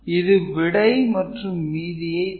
இது விடை மற்றும் மீதியை தரும்